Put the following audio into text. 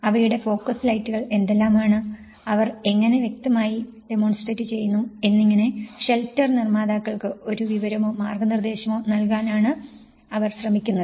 അവയുടെ ഫോക്കസ് ലൈറ്റുകൾ എന്തെല്ലാമാണ് അവർ എങ്ങനെ വ്യക്തമായി ഡെമോൺസ്ട്രറ്റ് ചെയ്യുന്നു എന്നിങ്ങനെ ഷെൽട്ടർ നിർമ്മാതാക്കൾക്ക് ഒരു വിവരമോ മാർഗനിർദേശമോ നൽകാനാണു അവർ ശ്രമിക്കുന്നത്